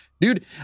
Dude